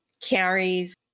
carries